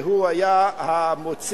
שהוא היה המוציא,